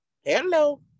Hello